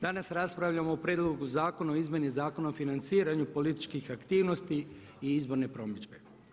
Danas raspravljamo o prijedlogu zakona o izmjeni Zakona o financiranju političkih aktivnosti i izborne promidžbe.